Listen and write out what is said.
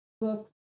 books